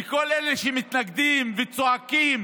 וכל אלה שמתנגדים וצועקים